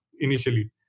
initially